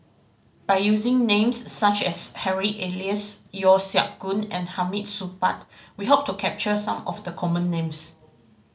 by using names such as Harry Elias Yeo Siak Goon and Hamid Supaat we hope to capture some of the common names